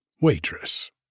Waitress